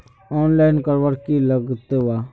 Online करवार की लगते वा?